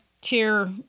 tier